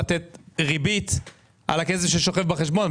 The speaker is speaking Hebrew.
לתת ריבית על הכסף ששוכב בחשבון.